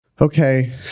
Okay